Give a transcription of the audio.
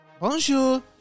Bonjour